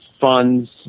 funds